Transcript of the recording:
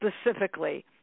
specifically